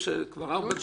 כבר ארבעה דיונים.